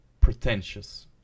pretentious